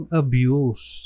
abuse